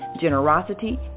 generosity